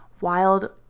wild